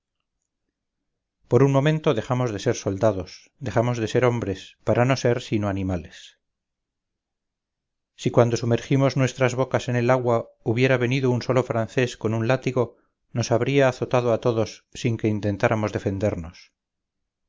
por un momento dejamos de ser soldados dejamos de ser hombres para no ser sino animales si cuando sumergimos nuestras bocas en el agua hubieravenido un solo francés con un látigo nos habría azotado a todos sin que intentáramos defendernos